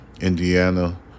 Indiana